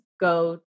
go